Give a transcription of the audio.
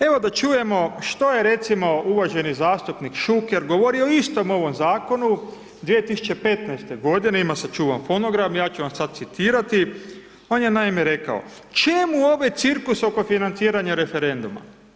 Evo, da čujemo što je, recimo, uvaženi zastupnik Šuker govorio o istom ovom Zakonu 2015.-te godine, ima sačuvan fonogram, ja ću vam sad citirati, on je naime rekao: Čemu ovaj cirkus oko financiranja referenduma?